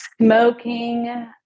smoking